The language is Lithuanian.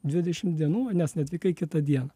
dvidešim dienų nes neatvykai kitą dieną